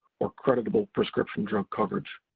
or creditable prescription drug coverage.